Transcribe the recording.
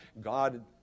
God